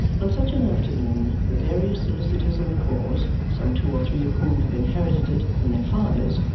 on such an afternoon the various solicitors in the cause, some two or three of whom have inherited it from their fathers,